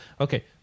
Okay